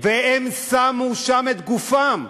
והם שמו את גופם,